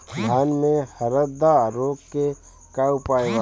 धान में हरदा रोग के का उपाय बा?